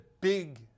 big